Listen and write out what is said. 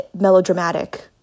melodramatic